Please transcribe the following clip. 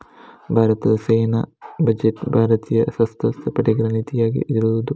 ಭಾರತದ ಸೇನಾ ಬಜೆಟ್ ಭಾರತೀಯ ಸಶಸ್ತ್ರ ಪಡೆಗಳ ನಿಧಿಗಾಗಿ ಇರುದು